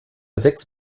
sechs